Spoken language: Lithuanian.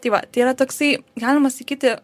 tai va tai yra toksai galima sakyti